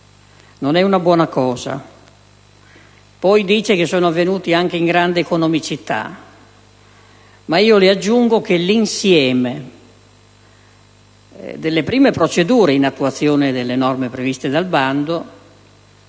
non è una buona cosa. Si dice poi che sono avvenute con grande economicità, ma io aggiungo che l'insieme delle prime procedure in attuazione delle norme previste dal bando